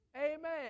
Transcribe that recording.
Amen